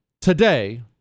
today